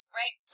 right